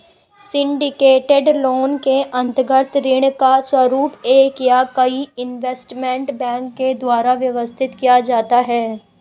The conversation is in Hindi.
सिंडीकेटेड लोन के अंतर्गत ऋण का स्वरूप एक या कई इन्वेस्टमेंट बैंक के द्वारा व्यवस्थित किया जाता है